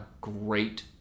great